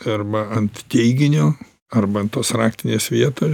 arba ant teiginio arba ant tos raktinės vieto